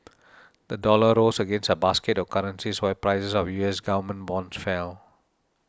the dollar rose against a basket of currencies while prices of U S government bonds fell